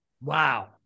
Wow